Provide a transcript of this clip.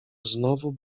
znowu